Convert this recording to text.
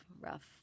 rough